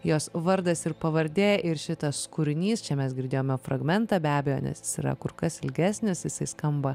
jos vardas ir pavardė ir šitas kūrinys čia mes girdėjome fragmentą be abejo nes yra kur kas ilgesnis jisai skamba